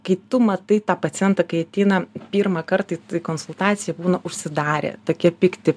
kai tu matai tą pacientą kai ateina pirmąkart į konsultaciją būna užsidarę tokie pikti